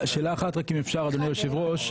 שאלה אחת רק אם אפשר, אדוני היושב ראש?